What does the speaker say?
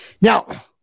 Now